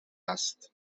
است